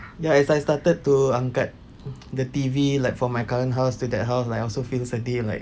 ya as I started to angkat the T_V like from my current house to that house I also feel sedih like